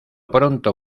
pronto